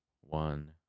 one